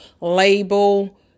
label